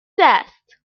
است